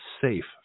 safe